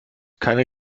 keine